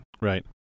Right